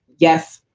yes.